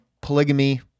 polygamy